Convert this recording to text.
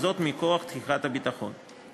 וזאת מכוח תחיקת הביטחון.